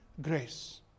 grace